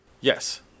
Yes